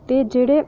ते जेह्ड़े